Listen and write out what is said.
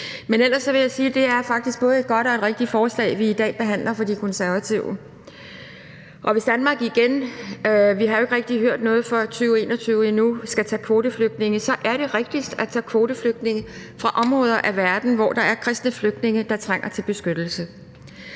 det faktisk er et både godt og rigtigt forslag, vi i dag behandler, fra De Konservative. Hvis Danmark igen skal tage kvoteflygtninge – vi har jo ikke rigtig hørt noget for 2021 endnu – så er det rigtigst at tage kvoteflygtninge fra områder af verden, hvor der er kristne flygtninge, der trænger til beskyttelse.